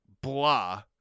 blah